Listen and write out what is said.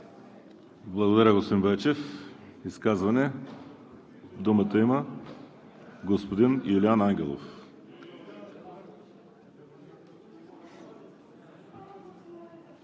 Благодаря, господин Байчев. Изказване? Думата има господин Юлиан Ангелов.